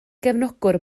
gefnogwr